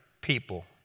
people